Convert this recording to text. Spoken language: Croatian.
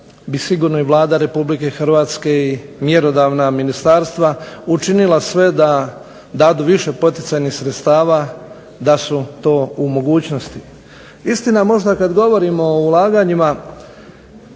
bi sigurno Vlada Republike Hrvatske i mjerodavna ministarstva učinila sve da dadu više poticajnih sredstava da su to u mogućnosti. Istina možda kada govorimo o ulaganjima